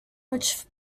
which